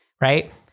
right